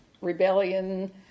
rebellion